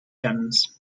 cannons